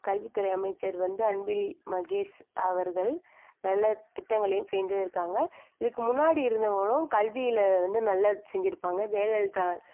கல்வித்துறை அமைச்சர் வந்து அன்பில் மகேஷ் அவர்கள் நல்ல திட்டங்களையும் செய்தும் இருக்காங்க இதுக்கு முன்னாடி இருந்தவர்களும் கல்வியில் வந்து நல்ல செஞ்சுருப்பாங்க ஜெயலலிதா